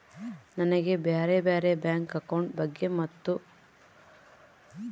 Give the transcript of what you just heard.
ನನಗೆ ಬ್ಯಾರೆ ಬ್ಯಾರೆ ಬ್ಯಾಂಕ್ ಅಕೌಂಟ್ ಬಗ್ಗೆ ಮತ್ತು?